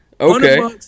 Okay